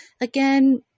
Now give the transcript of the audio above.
again